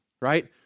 right